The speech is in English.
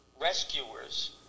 rescuers